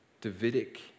Davidic